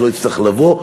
שלא יצטרך לבוא.